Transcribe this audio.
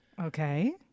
Okay